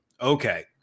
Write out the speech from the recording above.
Okay